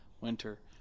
winter